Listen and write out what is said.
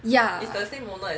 ya